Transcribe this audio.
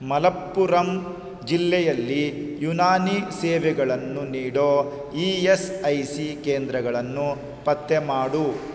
ಮಣಪ್ಪುರಮ್ ಜಿಲ್ಲೆಯಲ್ಲಿ ಯುನಾನಿ ಸೇವೆಗಳನ್ನು ನೀಡೋ ಇ ಎಸ್ ಐ ಸಿ ಕೇಂದ್ರಗಳನ್ನು ಪತ್ತೆ ಮಾಡು